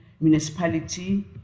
municipality